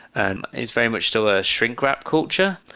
and it's very much still a shrink wrap culture.